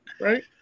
Right